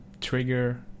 trigger